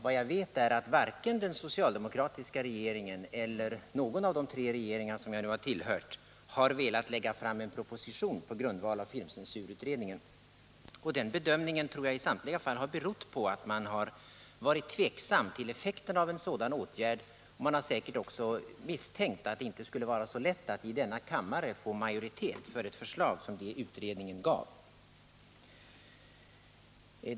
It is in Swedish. Vad jag vet är att varken den socialdemokratiska regeringen eller någon av de tre regeringar som jag nu tillhört har velat lägga fram en proposition på grundval av filmcensurutredningen. Den bedömningen tror jag i samtliga fall har berott på att man varit tveksam inför effekten av en sådan åtgärd. Man har säkert också misstänkt att det inte skulle vara så lätt att i denna kammare få majoritet för ett förslag som det utredningen avgav.